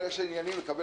נתקבל.